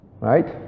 Right